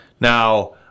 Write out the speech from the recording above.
Now